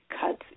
cuts